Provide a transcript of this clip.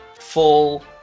full